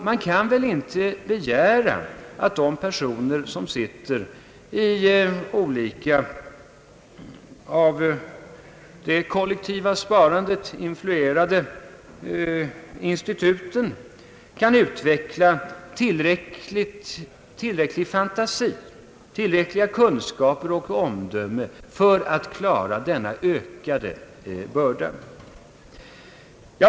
Man kan inte begära att de personer som sitter i olika, av det kollektiva sparandet influerade institut, kan utveckla tillräcklig fantasi, tillräckliga kunskaper och tillräckligt omdöme för att klara denna ökade börda.